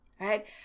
right